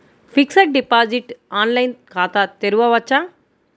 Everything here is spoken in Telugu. ఫిక్సడ్ డిపాజిట్ ఆన్లైన్ ఖాతా తెరువవచ్చా?